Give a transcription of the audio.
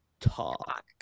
Talk